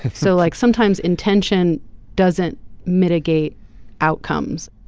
so like sometimes intention doesn't mitigate outcomes.